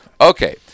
Okay